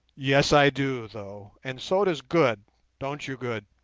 yes i do, though, and so does good don't you, good